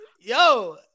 Yo